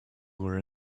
were